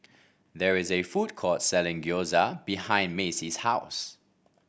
there is a food court selling Gyoza behind Macie's house